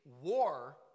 war